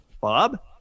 Bob